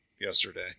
yesterday